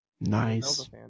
Nice